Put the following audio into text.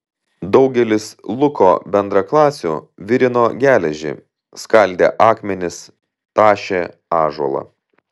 daugelis luko bendraklasių virino geležį skaldė akmenis tašė ąžuolą